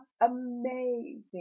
Amazing